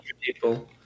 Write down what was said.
people